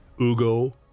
ugo